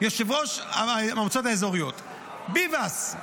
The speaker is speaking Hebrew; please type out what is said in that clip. יושב-ראש המועצות האזוריות, ביבס,